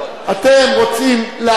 אתם רוצים להקדים,